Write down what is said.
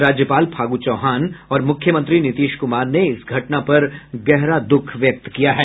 राज्यपाल फागू चौहान और मुख्यमंत्री नीतीश कुमार ने इस घटना पर गहरा दुःख व्यक्त किया है